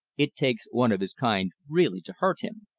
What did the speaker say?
it takes one of his kind really to hurt him.